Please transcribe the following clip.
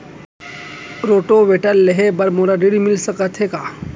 Rotavator लेहे बर मोला ऋण मिलिस सकत हे का?